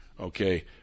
Okay